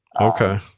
Okay